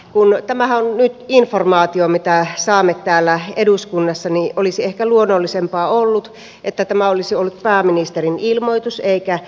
kun tämähän on nyt informaatio mitä saamme täällä eduskunnassa niin olisi ehkä luonnollisempaa ollut että tämä olisi ollut pääministerin ilmoitus eikä tiedonanto